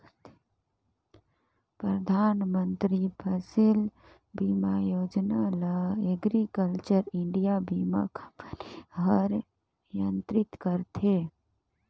परधानमंतरी फसिल बीमा योजना ल एग्रीकल्चर इंडिया बीमा कंपनी हर नियंत्रित करथे